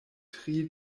tri